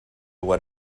what